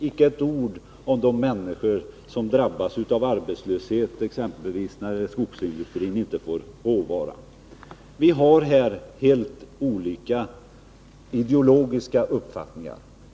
Icke ett ord om de människor som drabbas av arbetslöshet, exempelvis när skogsindustrin inte får råvara. Vi har här helt olika ideologiska uppfattningar.